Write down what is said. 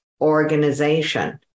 organization